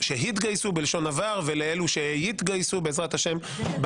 שהתגייסו בלשון עבר, ולאלו שיתגייסו, בעזרת השם,